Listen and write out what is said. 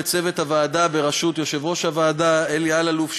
לצוות הוועדה בראשות יושב-ראש הוועדה אלי אלאלוף.